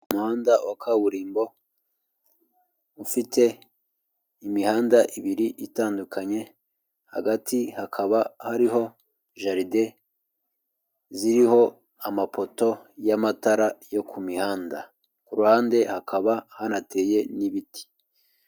Umuhanda wa kaburimbo ufite imihanda ibiri itandukanye, hagati hakaba hariho jaride ziriho amapoto y'amatara yo ku mihanda, ku ruhande hakaba hanateye n'ibiti.